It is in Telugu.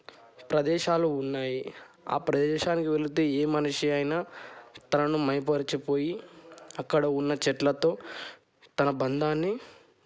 ప్రదేశాలు ఉన్నాయి ఆ ప్రదేశానికి వెళితే ఏ మనిషి అయినా తనను మైమరచి పోయి అక్కడ ఉన్న చెట్లతో తన బంధాన్ని